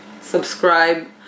Subscribe